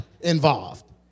involved